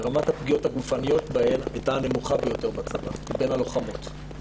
ורמת הפגיעות הגופניות בהן הייתה הנמוכה ביותר בצבא מקרב הלוחמות.